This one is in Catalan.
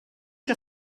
que